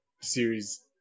series